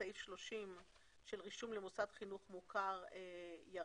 בסעיף 30 של רישום למוסד חינוך מוכר ירד